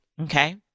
okay